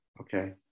okay